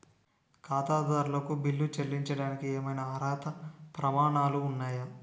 ఖాతాదారులకు బిల్లులు చెల్లించడానికి ఏవైనా అర్హత ప్రమాణాలు ఉన్నాయా?